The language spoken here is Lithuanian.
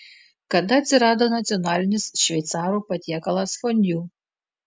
kada atsirado nacionalinis šveicarų patiekalas fondiu